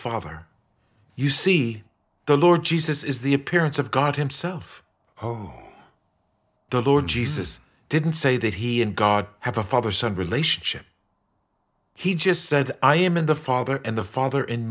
father you see the lord jesus is the appearance of god himself oh the lord jesus didn't say that he and god have a father son relationship he just said i am in the father and the father